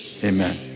Amen